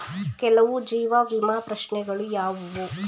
ಕೆಲವು ಜೀವ ವಿಮಾ ಪ್ರಶ್ನೆಗಳು ಯಾವುವು?